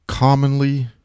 Commonly